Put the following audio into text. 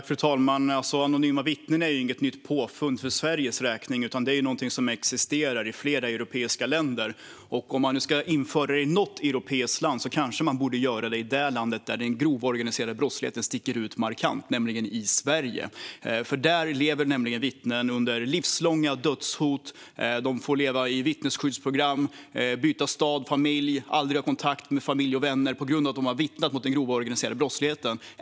Fru talman! Anonyma vittnen är inget nytt påfund i Sverige. Det är något som existerar i flera europeiska länder. Om man ska införa det i något europeiskt land borde man kanske göra det i det land där den grova organiserade brottligheten markant sticker ut, det vill säga i Sverige. Här lever vittnen under livslånga dödshot. De får leva i vittnesskyddsprogram och byta stad och familj. De kan aldrig ha kontakt med tidigare familj och vänner på grund av att de har vittnat mot den grova organiserade brottsligheten.